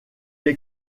est